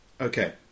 Okay